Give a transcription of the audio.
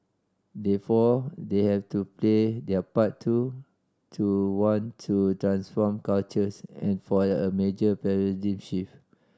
therefore they have to play their part too to want to transform cultures and for a major paradigm shift